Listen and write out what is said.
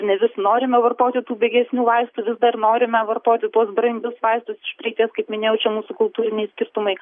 ne vis norime vartoti tų pigesnių vaistų vis dar norime vartoti tuos brangius vaistus iš prekes kaip minėjau čia mūsų kultūriniai skirtumai